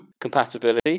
compatibility